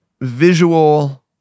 visual